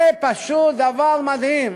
זה פשוט דבר מדהים.